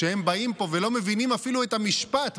הם באים פה ולא מבינים אפילו את המשפט,